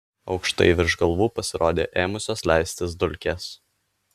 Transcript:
aukštai virš galvų pasirodė ėmusios leistis dulkės